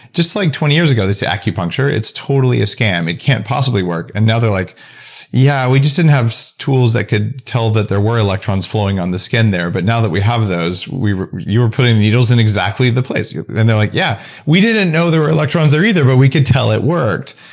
just like twenty years ago they say acupuncture it's totally a scam it can't possible work. and now they're like yeah we just didn't have tools that could tell that there were electrons flowing on the skin there, but now that we have those you were putting needles in exactly the place. and they're like, yeah we didn't know there were electrons there either but we could tell it worked.